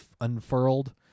unfurled